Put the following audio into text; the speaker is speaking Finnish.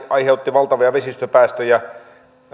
aiheutti valtavia vesistöpäästöjä